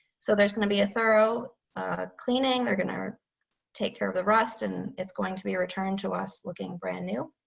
so there's going to be a thorough ah cleaning, they're going to take care of the rest. and it's going to be returned to us looking brand new.